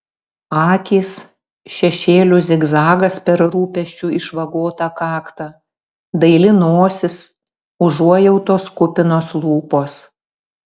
akys šešėlių zigzagas per rūpesčių išvagotą kaktą daili nosis užuojautos kupinos lūpos